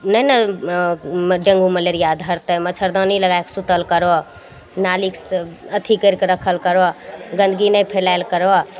नहि ने dengue malaria धरतै मच्छड़दानी लगाएके सुतल करहो नालीके अथी कैरिके रक्खल करहो गन्दगी नहि फैलाएल करहो